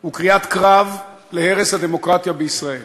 הוא קריאת קרב להרס הדמוקרטיה בישראל.